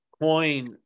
coin